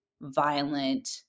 violent